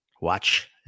Watch